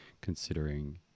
considering